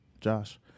Josh